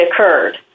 occurred